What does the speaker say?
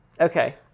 Okay